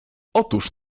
otóż